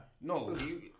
No